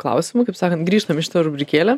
klausimų kaip sakant grįžtam į šitą rubrikėlę